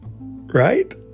right